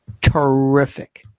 terrific